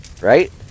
right